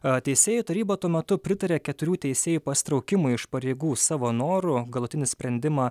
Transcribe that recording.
o teisėjų taryba tuo metu pritarė keturių teisėjų pasitraukimui iš pareigų savo noru galutinį sprendimą